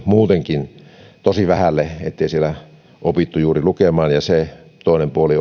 muutenkin koulutuksen tosi vähälle ettei siellä opittu juuri lukemaan ja se toinen puoli